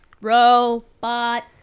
Robot